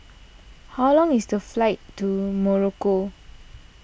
how long is the flight to Morocco